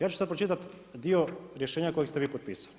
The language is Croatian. Ja ću sad pročitati dio rješenja kojeg ste vi potpisali.